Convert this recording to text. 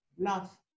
love